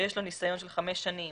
ויש לו ניסיון של חמש שנים